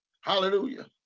Hallelujah